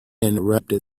interrupted